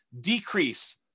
decrease